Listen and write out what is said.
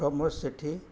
ପ୍ରମୋଦ ସେଠି